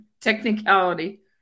Technicality